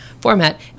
format